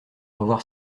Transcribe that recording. revoir